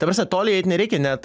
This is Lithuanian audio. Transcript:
ta prasme toli eit nereikia net